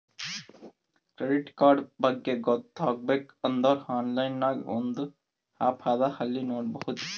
credit card ಬಗ್ಗೆ ಗೊತ್ತ ಆಗ್ಬೇಕು ಅಂದುರ್ ಆನ್ಲೈನ್ ನಾಗ್ ಒಂದ್ ಆ್ಯಪ್ ಅದಾ ಅಲ್ಲಿ ನೋಡಬೋದು